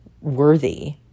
worthy